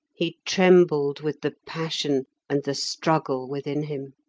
he trembled with the passion and the struggle within him.